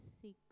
six